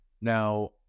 Now